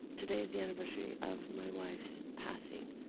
today is the anniversary of my wife's passing,